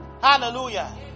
Hallelujah